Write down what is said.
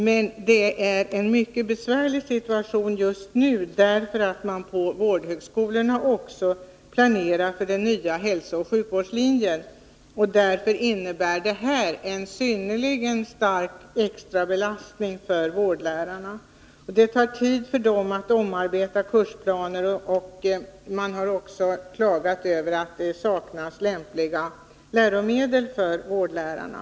Men man har en mycket besvärlig situation just nu, eftersom man på vårdhögskolorna också planerar för den nya hälsooch sjukvårdslinjen. Därför innebär detta en synnerligen stark extra belastning för vårdlärarna. Det tar tid för dem att omarbeta kursplaner. Man har också klagat över att det saknas lämpliga läromedel för vårdlärarna.